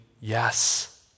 yes